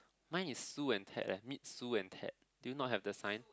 mine is Su and Ted eh meet Su and Ted do you not have the sign